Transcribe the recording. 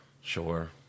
Sure